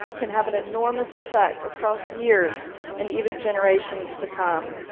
can have an enormous effect across years and even generations to come.